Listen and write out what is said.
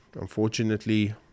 unfortunately